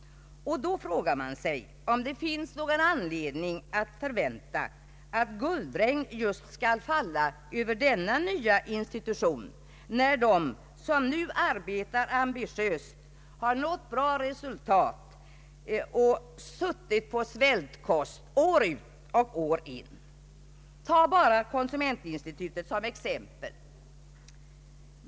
Man frågar sig då, om det finns någon anledning att förvänta att något guldregn skall falla just över denna nya institution, när de som nu arbetar am bitiöst och har nått bra resultat har suttit på svältkost år ut och år in. Tag bara konsumentinstitutet som exempel!